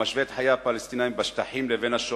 המשווה את חיי הפלסטינים בשטחים לשואה,